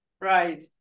Right